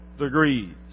degrees